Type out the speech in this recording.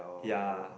ya